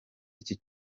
icyi